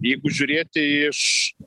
jeigu žiūrėti iš